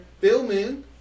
filming